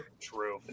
True